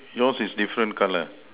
yours is different color